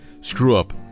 screw-up